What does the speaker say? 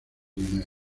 united